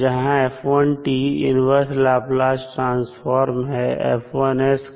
जहां inverse Laplace transform है का